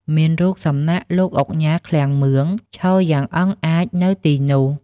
មានរូបសំណាកលោកឧកញ៉ា ឃ្លាំងមឿង ឈរយ៉ាងអង់អាចនៅទីនោះ។